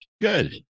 Good